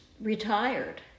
retired